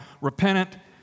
repentant